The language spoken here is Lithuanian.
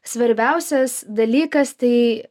svarbiausias dalykas tai